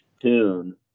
tune